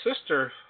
sister